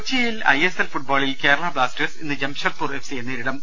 കൊച്ചിയിൽ I S L ഫുട്ബോളിൽ Kerala Blasters ഇന്ന് ജംഷഡ്പൂർ എഫ് സി യെ നേരിടും